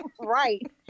right